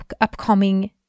upcoming